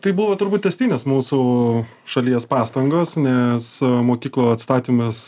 tai buvo turbūt tęstinės mūsų šalies pastangos nes mokyklų atstatymas